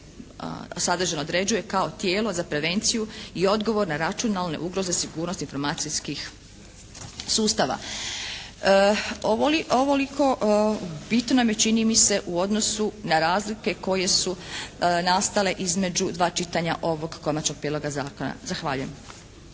sadržajno određuje kao tijelo za prevenciju i odgovor na računalne ugroze sigurnosti informacijskih sustava. Ovoliko bitno nam je čini nam se u odnosu na razlike koje su nastale između dva čitanja ovog konačnog prijedloga zakona. Zahvaljujem.